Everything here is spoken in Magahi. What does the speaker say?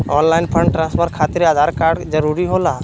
ऑनलाइन फंड ट्रांसफर खातिर आधार कार्ड जरूरी होला?